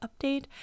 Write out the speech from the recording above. update